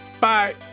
Bye